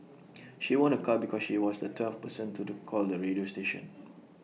she won A car because she was the twelfth person to the call the radio station